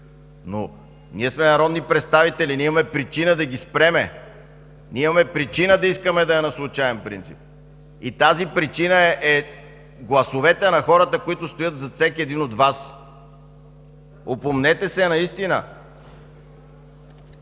но ние сме народни представители, ние имаме причина да ги спрем. Ние имаме причина да искаме да е на случаен принцип и тази причина е гласовете на хората, които стоят зад всеки един от Вас. Опомнете се наистина!